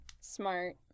smart